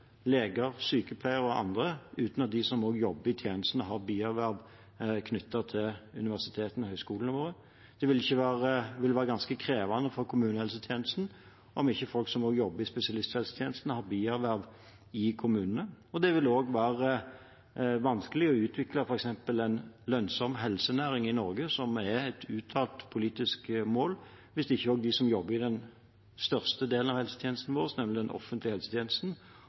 leger, sykepleiere og andre uten at de som også jobber i tjenestene, har bierverv knyttet til universitetene og høyskolene våre. Det ville være ganske krevende for kommunehelsetjenesten om ikke folk som også jobber i spesialisthelsetjenesten, har bierverv i kommunene, og det vil også være vanskelig å utvikle f.eks. en lønnsom helsenæring i Norge, som er et uttalt politisk mål, hvis ikke også de som jobber i den største delen av helsetjenesten vår, nemlig den offentlige helsetjenesten,